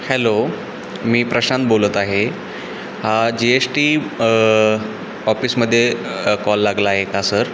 hello मी प्रशांत बोलत आहे हा जी एश टी ऑफिसमध्ये कॉल लागला आहे का सर